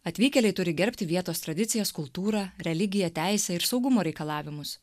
atvykėliai turi gerbti vietos tradicijas kultūrą religiją teisę ir saugumo reikalavimus